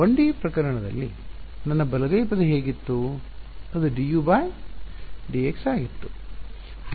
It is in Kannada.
1 ಡಿ ಪ್ರಕರಣದಲ್ಲಿ ನನ್ನ ಬಲಗೈ ಪದ ಹೇಗಿತ್ತು ಅದು dudx ಆಗಿತ್ತು